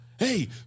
Hey